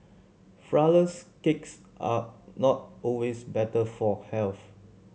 flourless cakes are not always better for health